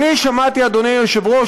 אדוני היושב-ראש,